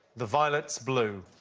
the violet's blue.